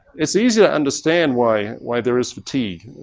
it's easy to understand why why there is fatigue.